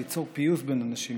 ליצור פיוס בין אנשים,